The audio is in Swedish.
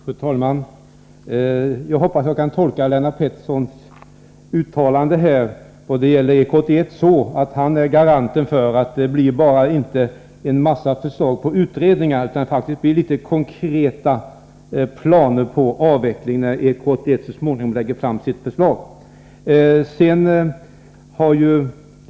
Fru talman! Jag hoppas att jag kan tolka Lennart Petterssons uttalande när det gäller EK 81 så att han ställer sig som garant för att det inte bara blir en mängd förslag till utredningar utan också en del konkreta planer på avveckling när EK 81 så småningom lägger fram sitt förslag.